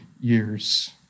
years